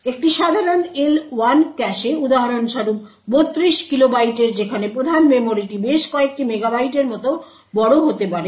একটি সাধারণ L1 ক্যাশে উদাহরণস্বরূপ 32 কিলোবাইটের যেখানে প্রধান মেমরিটি বেশ কয়েকটি মেগাবাইটের মতো বড় হতে পারে